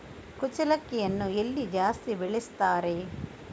ಕುಚ್ಚಲಕ್ಕಿಯನ್ನು ಎಲ್ಲಿ ಜಾಸ್ತಿ ಬೆಳೆಸ್ತಾರೆ?